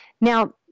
Now